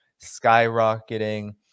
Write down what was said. skyrocketing